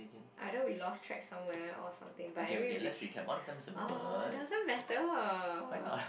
either we lost track somewhere or something but anyway we've oh doesn't matter